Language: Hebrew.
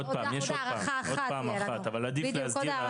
עוד פעם אחת אבל עדיף להסדיר.